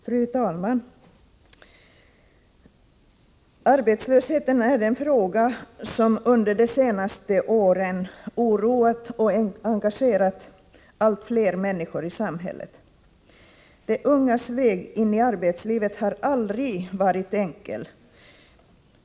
Fru talman! Arbetslösheten är en fråga som under de senaste åren oroat och engagerat allt fler människor i samhället. De ungas väg ini arbetslivet har aldrig varit enkel.